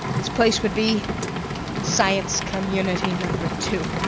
its place would be science community number two.